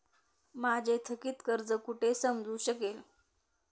माझे थकीत कर्ज कुठे समजू शकेल?